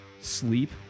sleep